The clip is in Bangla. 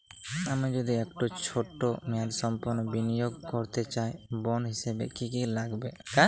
আমি যদি একটু ছোট মেয়াদসম্পন্ন বিনিয়োগ করতে চাই বন্ড হিসেবে কী কী লাগবে?